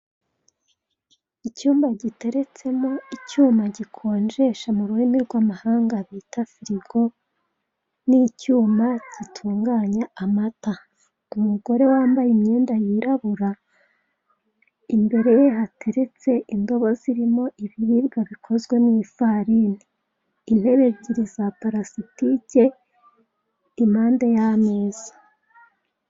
Icyumba gitereretsemo icyuma gikonjesha mu rurimi rw'amahanga bita firigo n'icyuma gitunganya amata. Umugore wambaye imyenda yirabura, imbere ye hateretse indobo zirimo ibiribwa bikozwe mu ifarini, intebe ebyiri za palasitike impande y'ameza.